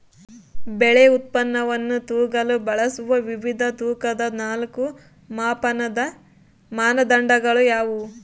ಬೆಳೆ ಉತ್ಪನ್ನವನ್ನು ತೂಗಲು ಬಳಸುವ ವಿವಿಧ ತೂಕದ ನಾಲ್ಕು ಮಾಪನದ ಮಾನದಂಡಗಳು ಯಾವುವು?